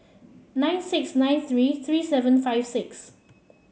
nine six nine three three seven five six